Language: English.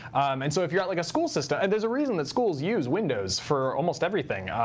and so if you're at like a school system there's a reason that schools use windows for almost everything.